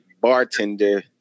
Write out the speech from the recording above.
bartender